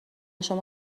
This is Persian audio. شما